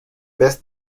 vez